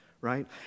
right